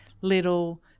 little